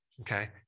okay